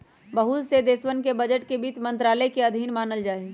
बहुत से देशवन के बजट के वित्त मन्त्रालय के अधीन मानल जाहई